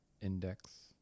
index